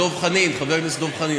וחבר הכנסת דב חנין,